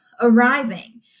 arriving